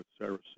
Sarah